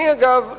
אגב,